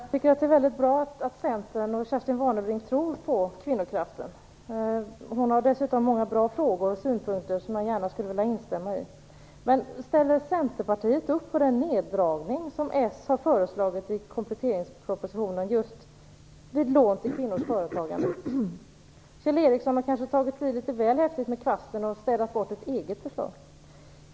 Fru talman! Jag tycker att det är väldigt bra att Centern och Kerstin Warnerbring tror på kvinnokraften. Hon har dessutom många bra frågor och synpunkter som jag gärna skulle vilja instämma i. Socialdemokraterna har föreslagit i kompletteringspropositionen just för lån till kvinnors företagande? Kjell Ericsson har kanske tagit i litet väl häftigt med kvasten och städat bort ett eget förslag?